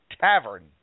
Tavern